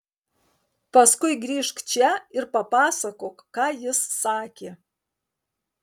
paskui grįžk čia ir papasakok ką jis sakė